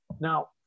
Now